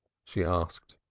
she asked.